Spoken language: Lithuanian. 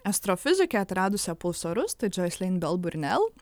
astrofizikę atradusią pulsarus tai džoslyn bel burnel